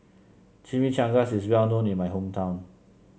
chimichangas is well known in my hometown